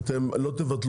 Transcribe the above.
תראה,